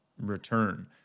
return